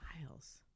Miles